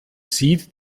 sieht